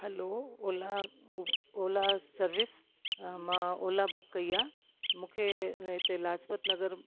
हलो ओला उ ओला सर्विस मां ओला बुक कई आहे मूंखे हिते लाजपत नगर